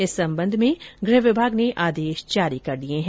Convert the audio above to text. इस संबंध में गृह विभाग ने आदेश जारी कर दिए हैं